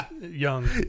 young